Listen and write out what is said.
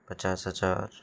पचास हजार